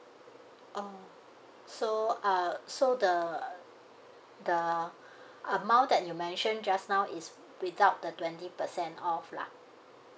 oh so uh so the the amount that you mentioned just now is without the twenty off lah